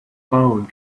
phone